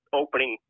opening